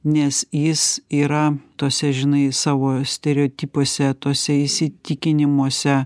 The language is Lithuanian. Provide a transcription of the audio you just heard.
nes jis yra tose žinai savo stereotipuose tuose įsitikinimuose